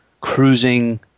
cruising